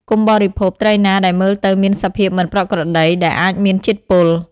កុំបរិភោគ ត្រីណាដែលមើលទៅមានសភាពមិនប្រក្រតីដែលអាចមានជាតិពុល។